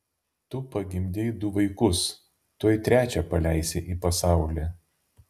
tu pagimdei du vaikus tuoj trečią paleisi į pasaulį